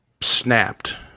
snapped